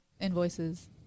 invoices